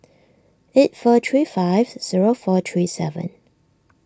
eight four three five zero four three seven